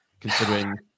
considering